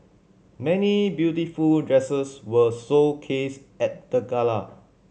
many beautiful dresses were showcased at the gala